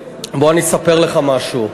בוא אני אספר לך משהו.